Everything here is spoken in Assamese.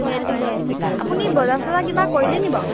সেইটো হে আপুনি বজাৰ চজাৰ কিবা কৰিলে নি বাৰু